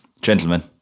gentlemen